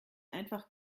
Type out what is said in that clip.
einfach